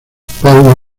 paula